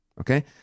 Okay